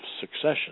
succession